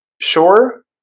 sure